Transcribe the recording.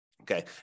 Okay